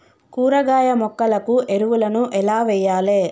కూరగాయ మొక్కలకు ఎరువులను ఎలా వెయ్యాలే?